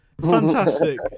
Fantastic